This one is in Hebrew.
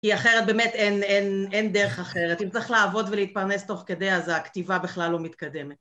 כי אחרת באמת אין דרך אחרת, אם צריך לעבוד ולהתפרנס תוך כדי אז הכתיבה בכלל לא מתקדמת.